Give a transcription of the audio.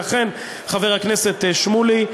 לכן, חבר הכנסת שמולי,